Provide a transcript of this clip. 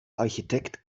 architekt